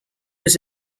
was